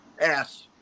ass